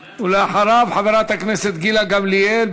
אחריו, חברת הכנסת גילה גמליאל.